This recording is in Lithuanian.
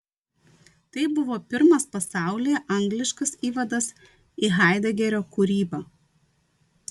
tai buvo pirmas pasaulyje angliškas įvadas į haidegerio kūrybą